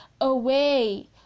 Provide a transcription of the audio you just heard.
away